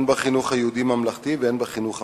הן בחינוך היהודי הממלכתי והן בחינוך הממלכתי-דתי.